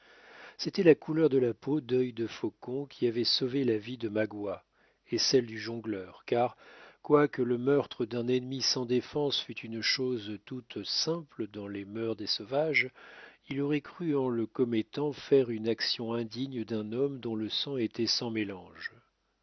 c'était la couleur de la peau dœil de faucon qui avait sauvé la vie de magua et celle du jongleur car quoique le meurtre d'un ennemi sans défense fût une chose toute simple dans les mœurs des sauvages il aurait cru en le commettant faire une action indigne d'un homme dont le sang était sans mélange